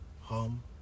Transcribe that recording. home